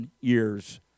years